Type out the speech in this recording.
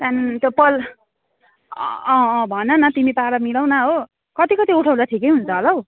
त्यहाँ त्यो पल् अँ अँ भनन तिमी पारा मिलाउन हो कति कति उठाउँदा ठिकै हुन्छ होला हौ